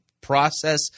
process